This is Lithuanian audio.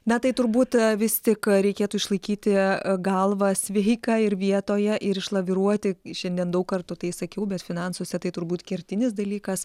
na tai turbūt vis tik reikėtų išlaikyti galvą sveiką ir vietoje ir išlaviruoti šiandien daug kartų tai sakiau finansuose tai turbūt kertinis dalykas